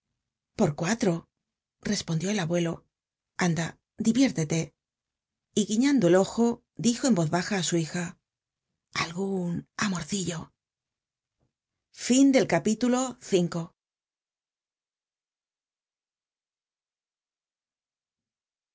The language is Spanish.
por cuatro respondió el abuelo anda diviértete y guiñando el ojo dijo en voz baja á su hija algun amorcillo